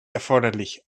erforderlich